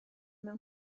mewn